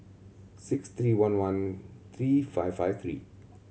six three one one three five five three